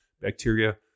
bacteria